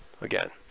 again